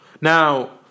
Now